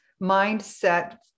mindset